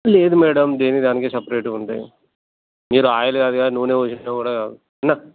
లేదు మ్యాడం దేనికి దానికి సపరేట్గుంటాయి మీరు ఆయిల్ కాదుగా నూనె పోసిన కూడా కాదు